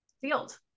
field